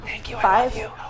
five